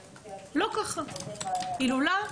הילולה,